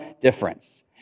difference